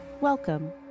Welcome